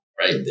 right